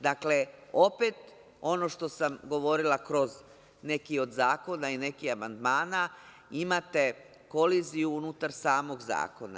Dakle, opet ono što sam govorila kroz neki od zakona i nekih amandmana, imate koliziju unutar samog zakona.